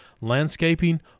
landscaping